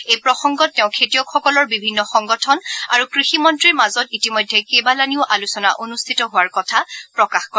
এই প্ৰসঙ্গত তেওঁ খেতিয়কসকলৰ বিভিন্ন সংগঠন আৰু কৃষি মন্ত্ৰীৰ মাজত ইতিমধ্যে কেইবালানিও আলোচনা অনুষ্ঠিত হোৱাৰ কথা প্ৰকাশ কৰে